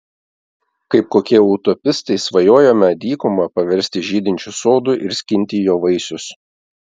kaip kokie utopistai svajojome dykumą paversti žydinčiu sodu ir skinti jo vaisius